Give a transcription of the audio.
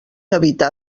evitar